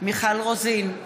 מיכל רוזין,